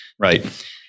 Right